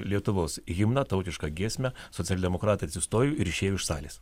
lietuvos himną tautišką giesmę socialdemokratai atsistojo ir išėjo iš salės